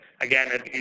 again